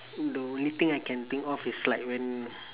the only thing I can think of is like when